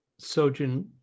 Sojin